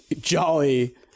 jolly